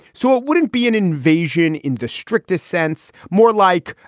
so it wouldn't be an invasion in the strictest sense. more like,